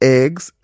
eggs